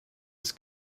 des